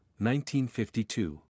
1952